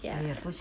ya